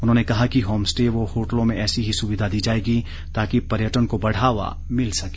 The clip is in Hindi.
उन्होंने कहा कि होमस्टे व होटलों में ऐसी ही सुविधा दी जाएगी ताकि पर्यटन को बढ़ावा मिल सके